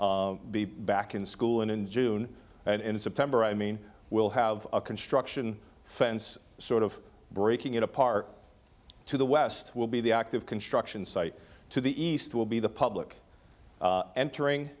be back in school and in june and in september i mean we'll have a construction fence sort of breaking it apart to the west will be the active construction site to the east will be the public entering